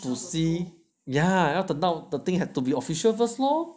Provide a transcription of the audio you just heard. to see ya 要等到 the thing had to be official first lor